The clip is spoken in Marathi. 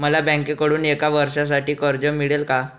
मला बँकेकडून एका वर्षासाठी कर्ज मिळेल का?